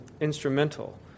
instrumental